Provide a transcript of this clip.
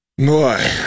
Boy